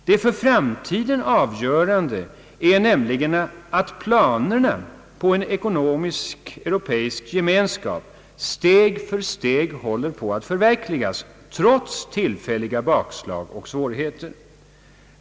Det för framtiden avgörande är att planerna på en ekonomisk, europeisk gemenskap steg för steg håller på att förverkligas trots tillfälliga bakslag och svårigheter.